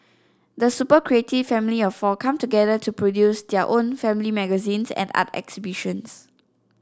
the super creative family of four come together to produce their own family magazines and art exhibitions